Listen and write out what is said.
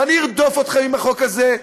ואני ארדוף אתכם עם החוק הזה.